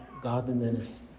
godliness